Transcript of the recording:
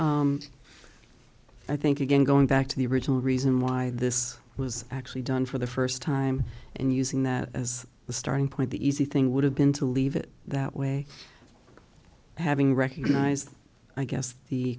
of i think again going back to the original reason why this was actually done for the first time and using that as a starting point the easy thing would have been to leave it that way having recognized i guess the